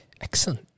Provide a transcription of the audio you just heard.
Excellent